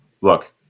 look